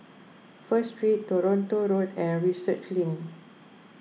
First Street Toronto Road and Research Link